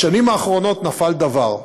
בשנים האחרונות נפל דבר,